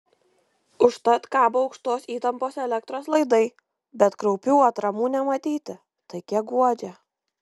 užtat kabo aukštos įtampos elektros laidai bet kraupių atramų nematyti tai kiek guodžia